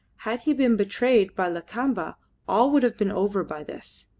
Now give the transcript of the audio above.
had he been betrayed by lakamba all would have been over by this.